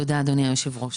תודה, אדוני היושב-ראש.